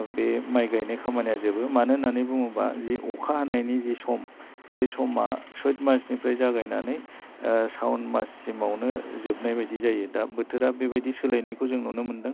बे माइ गायनाय खामानिया जोबो मानो होननानै बुङोबा जे अखा हानायनि जे सम बे समा जेठ मासनिफ्राय जारगायनानै सावन माससिमावनो जोबनाय बायदि जायो दा बोथोरा बेबायदि सोलायनायखौ जों नुनो मोनदों